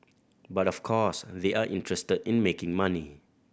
but of course they are interested in making money